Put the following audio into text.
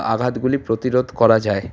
আঘাতগুলি প্রতিরোধ করা যায়